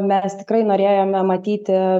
mes tikrai norėjome matyti